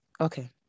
Okay